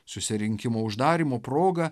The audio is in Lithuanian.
susirinkimo uždarymo proga